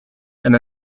and